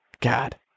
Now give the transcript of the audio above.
God